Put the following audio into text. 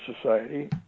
Society